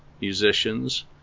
musicians